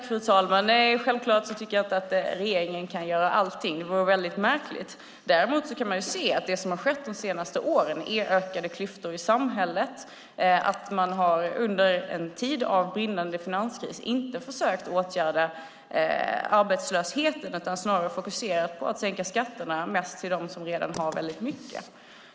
Fru talman! Självfallet tycker jag inte att regeringen kan göra allt - det vore mycket märkligt. Däremot kan man se att det under de senaste åren har blivit ökade klyftor i samhället och att regeringen under en tid av brinnande finanskris inte har försökt åtgärda arbetslösheten utan snarare har fokuserat på att sänka skatterna, mest för dem som redan har väldigt mycket.